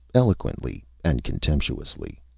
eloquently and contemptuously.